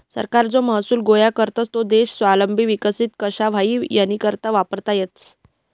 सरकार जो महसूल गोया करस तो देश स्वावलंबी विकसित कशा व्हई यानीकरता वापरमा येस